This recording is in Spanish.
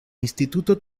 instituto